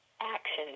action